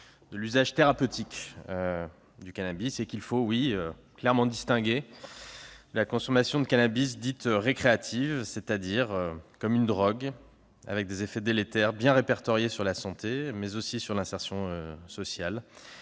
de l'usage thérapeutique du cannabis, qu'il faut clairement distinguer de la consommation de cannabis dite récréative, de son usage en tant que drogue, avec des effets délétères bien répertoriés sur la santé, mais aussi sur l'insertion sociale,